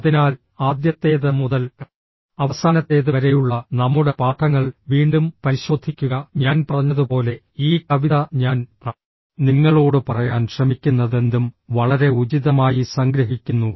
അതിനാൽ ആദ്യത്തേത് മുതൽ അവസാനത്തേത് വരെയുള്ള നമ്മുടെ പാഠങ്ങൾ വീണ്ടും പരിശോധിക്കുക ഞാൻ പറഞ്ഞതുപോലെ ഈ കവിത ഞാൻ നിങ്ങളോട് പറയാൻ ശ്രമിക്കുന്നതെന്തും വളരെ ഉചിതമായി സംഗ്രഹിക്കുന്നു